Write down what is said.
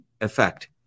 Effect